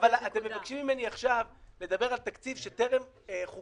אבל אתם מבקשים ממני עכשיו לדבר על תקציב שטרם חוקק.